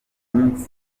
nk’iminsi